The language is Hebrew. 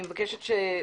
שתדברו,